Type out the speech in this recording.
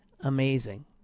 amazing